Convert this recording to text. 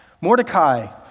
Mordecai